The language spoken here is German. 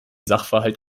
sachverhalt